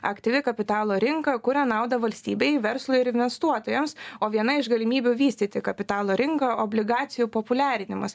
aktyvi kapitalo rinka kuria naudą valstybei verslui ir investuotojams o viena iš galimybių vystyti kapitalo rinką obligacijų populiarinimas